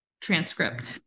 transcript